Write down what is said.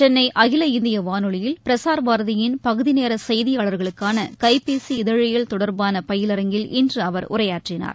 சென்னை அகில இந்திய வானொலியில் பிரஸாா் பாரதியின் பகுதிநேர செய்தியாளா்களுகான கைபேசி இதழியல் தொடர்பான பயிலரங்கில் இன்று அவர் உரையாற்றினார்